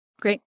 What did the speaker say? Great